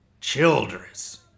Childress